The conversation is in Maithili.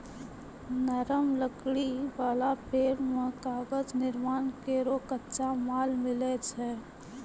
नरम लकड़ी वाला पेड़ सें कागज निर्माण केरो कच्चा माल मिलै छै